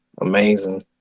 amazing